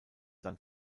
dann